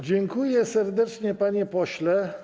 Dziękuję serdecznie, panie pośle.